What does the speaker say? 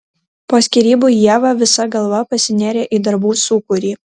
po skyrybų ieva visa galva pasinėrė į darbų sūkurį